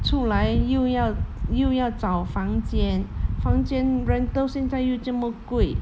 出来又要又要找房间房间 rental 现在又这么贵